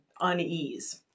unease